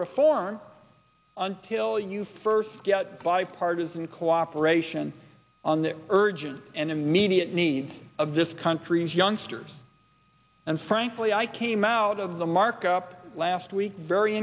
reform until you first get bipartisan cooperation on the urgent and immediate needs of this country's youngsters and frankly i came out of the markup last week very